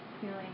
feeling